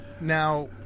Now